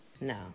No